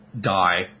die